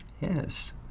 yes